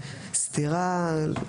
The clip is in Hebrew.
סטירה.